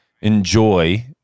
enjoy